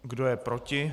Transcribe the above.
Kdo je proti?